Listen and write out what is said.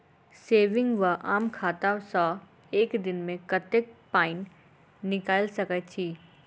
Saving वा आम खाता सँ एक दिनमे कतेक पानि निकाइल सकैत छी?